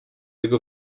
jego